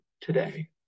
today